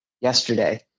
yesterday